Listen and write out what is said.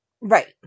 right